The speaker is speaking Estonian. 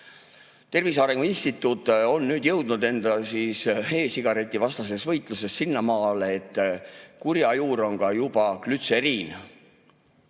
Tervise Arengu Instituut on nüüd jõudnud e-sigareti vastases võitluses sinnamaale, et kurja juur on glütseriin.